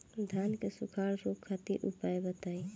धान के सुखड़ा रोग खातिर उपाय बताई?